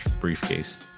briefcase